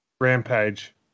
Rampage